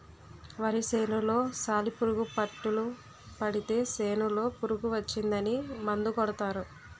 వరి సేనులో సాలిపురుగు పట్టులు పడితే సేనులో పురుగు వచ్చిందని మందు కొడతారు